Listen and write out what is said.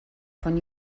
von